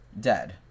dead